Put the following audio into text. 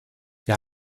wir